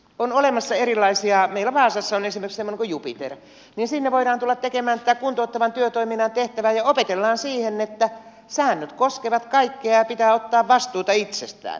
on olemassa erilaisia esimerkiksi meillä vaasassa on semmoinen kuin jupiter niin sinne voidaan tulla tekemään kuntouttavan työtoiminnan tehtävää ja opetellaan siihen että säännöt koskevat kaikkia ja pitää ottaa vastuuta itsestään